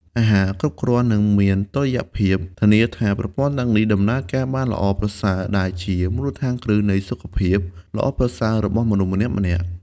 អាហារគ្រប់គ្រាន់ និងមានតុល្យភាព ធានាថាប្រព័ន្ធទាំងនេះដំណើរការបានល្អប្រសើរ ដែលជា មូលដ្ឋានគ្រឹះនៃសុខភាព ល្អប្រសើររបស់មនុស្សម្នាក់ៗ។